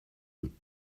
deux